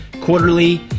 quarterly